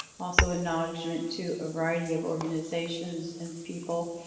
also, acknowledgement to a variety of organizations and people